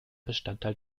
bestandteil